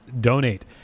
donate